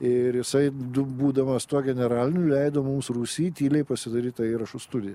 ir jisai du būdamas tuo generaliniu leido mums rūsy tyliai pasidaryt tą įrašų studiją